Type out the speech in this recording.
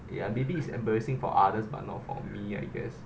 ya maybe it's embarrassing for others but not for me I guess